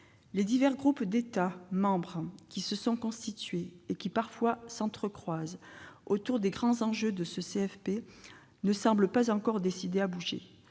Les divers groupes d'États membres qui se sont constitués, et qui parfois s'entrecroisent, autour des grands enjeux de ce CFP ne semblent pas encore décidés à bouger.